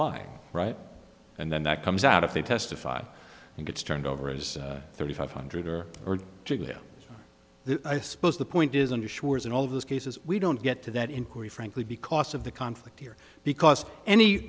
lying right and then that comes out if they testify and gets turned over as thirty five hundred or are to go i suppose the point is under sure's and all of those cases we don't get to that inquiry frankly because of the conflict here because any